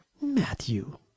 MATTHEW